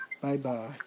Bye-bye